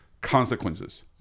consequences